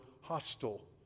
hostile